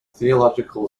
theological